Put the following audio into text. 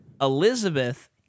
Elizabeth